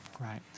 Right